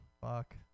Fuck